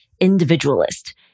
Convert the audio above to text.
individualist